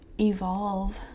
evolve